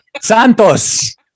Santos